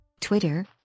Twitter